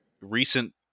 recent